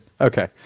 Okay